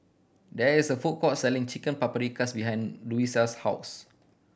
there is a food court selling Chicken Paprikas behind Louisa's house